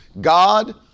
God